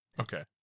okay